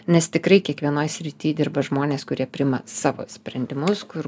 nes tikrai kiekvienoj srityje dirba žmonės kurie priima savo sprendimus kur